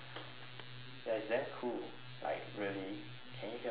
ya it's damn cool like really can you hear me well